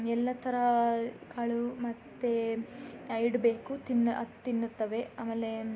ಎಲ್ಲ ಥರ ಕಾಳು ಮತ್ತು ಇಡಬೇಕು ತಿನ್ನ ಅದು ತಿನ್ನುತ್ತವೆ ಆಮೇಲೆ